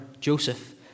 Joseph